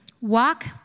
walk